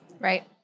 Right